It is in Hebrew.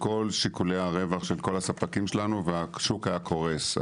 כל שיקולי הרווח של כל הספקים שלנו והשוק היה קורס.